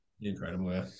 incredible